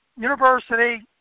University